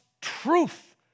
truth